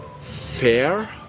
fair